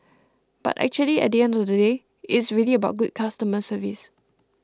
but actually at the end of the day it's really about good customer service